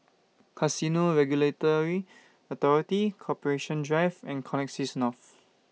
Casino Regulatory Authority Corporation Drive and Connexis North